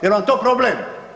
Jel vam to problem?